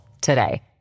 today